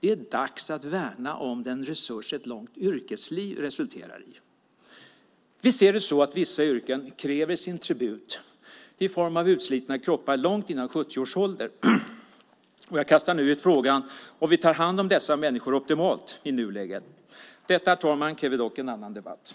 Det är dags att värna om den resurs ett långt yrkesliv resulterar i. Visst är det så att vissa yrken kräver sin tribut i form av utslitna kroppar långt före 70 års ålder och jag kastar här ut frågan om vi i nuläget tar hand om dessa människor optimalt. Detta, herr talman, kräver dock en annan debatt.